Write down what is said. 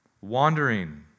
wandering